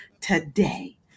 today